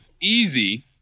easy